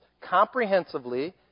comprehensively